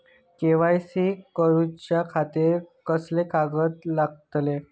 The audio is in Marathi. के.वाय.सी करूच्या खातिर कसले कागद लागतले?